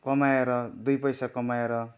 कमाएर दुई पैसा कमाएर